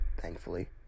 thankfully